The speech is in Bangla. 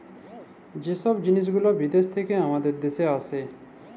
যে ছব জিলিস গুলা বিদ্যাস থ্যাইকে আমাদের দ্যাশে আসে